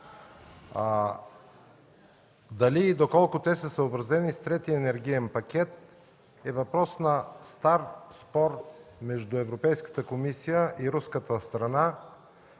Дали и доколко те са съобразени с Третия енергиен пакет, е въпрос на стар спор между Европейската комисия и руската страна,